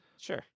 Sure